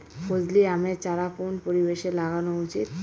ফজলি আমের চারা কোন পরিবেশে লাগানো উচিৎ?